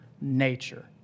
nature